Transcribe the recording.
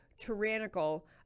tyrannical